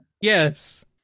Yes